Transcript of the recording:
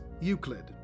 Euclid